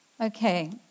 Okay